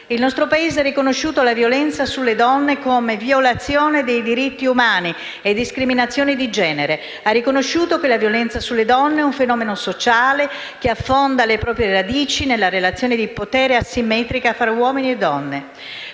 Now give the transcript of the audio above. il nostro Paese ha riconosciuto la violenza sulle donne come violazione dei diritti umani e discriminazione di genere. Ha riconosciuto che la violenza sulle donne è un fenomeno sociale che affonda le proprie radici nella relazione di potere asimmetrica fra uomini e donne.